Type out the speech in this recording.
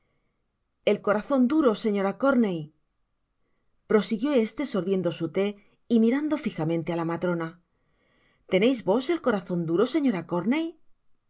el corazon duro señora corney prosiguió este sorbiendo su thé y mirando fijamente á la matrona teneis vos el corazon düro señora